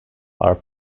are